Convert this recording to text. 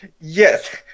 Yes